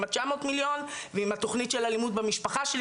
ה-900 מיליון ועם התוכנית של אלימות במשפחה.